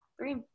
three